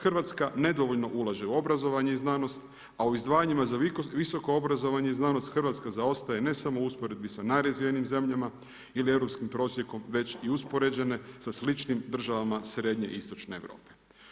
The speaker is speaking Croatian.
Hrvatska nedovoljno ulaže u obrazovanje i znanost a o izdvajanjima za visoko obrazovanje i znanost Hrvatska zaostaje ne samo u usporedbi sa najrazvijenijim zemljama ili europskim prosjekom već i uspoređene sa sličnim državama srednje i istočne Europe.